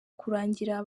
kurangira